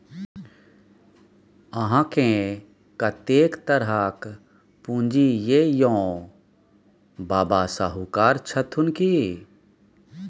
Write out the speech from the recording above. अहाँकेँ कतेक तरहक पूंजी यै यौ? बाबा शाहुकार छथुन की?